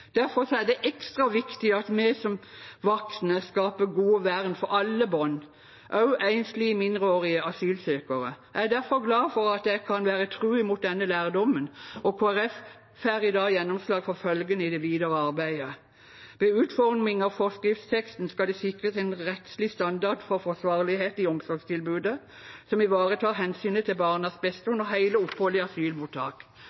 Derfor er det ekstra viktig at vi som voksne skaper gode vern for alle barn, også enslige mindreårige asylsøkere. Jeg er derfor glad for at jeg kan være tro mot denne lærdommen, og Kristelig Folkeparti får i dag gjennomslag for følgende i det videre arbeidet: Ved utforming av forskriftsteksten skal det sikres en rettslig standard for forsvarlighet i omsorgstilbudet, og den skal ivareta hensynet til barnas